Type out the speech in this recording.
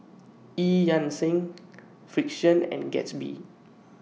EU Yan Sang Frixion and Gatsby